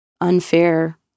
unfair